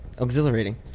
exhilarating